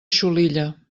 xulilla